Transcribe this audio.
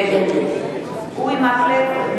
נגד אורי מקלב,